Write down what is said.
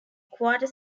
quarter